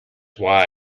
why